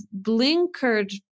blinkered